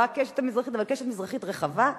לא "הקשת המזרחית" אבל קשת מזרחית רחבה.